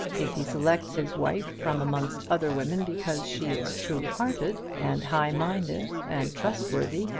if he selects his wife from amongst other women because she is true-hearted and high-minded and trustworthy,